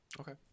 Okay